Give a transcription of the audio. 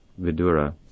Vidura